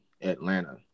Atlanta